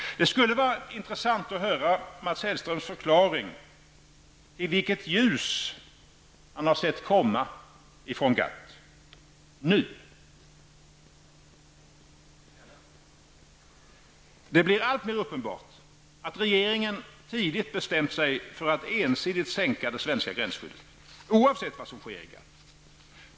Det skulle vara intressant att höra Mats Hellströms förklaring till vilket ljus han har sett komma från GATT förhandlingarna nu. Det blir alltmer uppenbart att regeringen tidigt bestämt sig för att ensidigt sänka det svenska gränsskyddet, oavsett vad som sker i GATT.